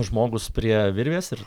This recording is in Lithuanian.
žmogus prie virvės ir